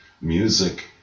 music